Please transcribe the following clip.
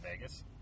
Vegas